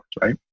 right